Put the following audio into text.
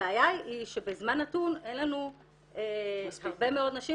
הבעיה היא שבזמן נתון אין לנו הרבה מאוד נשים